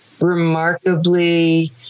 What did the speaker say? Remarkably